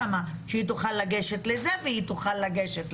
כדי שהאישה תוכל לגשת לזה ולזה,